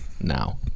Now